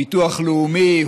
ביטוח לאומי,